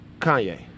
Kanye